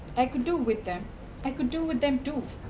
i could do with them i could do with them too.